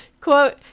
quote